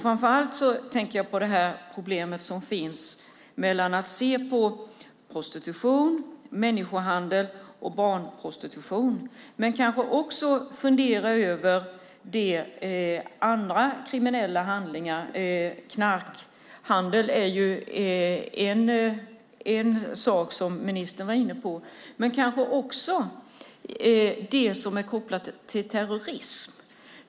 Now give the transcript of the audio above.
Framför allt tänker jag på de problem som finns med prostitution, människohandel och barnpornografi, men vi kanske också ska fundera över andra kriminella handlingar. Knarkhandel är ju en sak som ministern var inne på, men kanske handlar det också om det som är kopplat till terrorism.